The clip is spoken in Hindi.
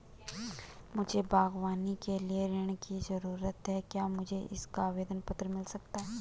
मुझे बागवानी के लिए ऋण की ज़रूरत है क्या मुझे इसका आवेदन पत्र मिल सकता है?